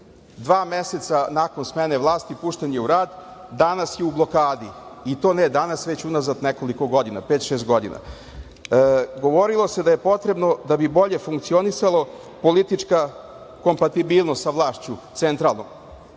Dva meseca nakon smene vlasti pušten je u rad, danas je u blokadi i to ne danas, već unazad nekoliko godina, pet, šest godina. Govorilo se da je potrebno da bi bolje funkcionisalo politička kompatibilnost sa vlašću centralnom